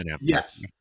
Yes